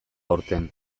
aurten